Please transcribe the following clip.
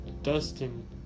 Dustin